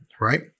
right